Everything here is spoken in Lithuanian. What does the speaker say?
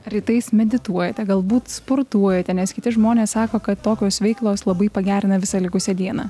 rytais medituojate galbūt sportuojate nes kiti žmonės sako kad tokios veiklos labai pagerina visą likusią dieną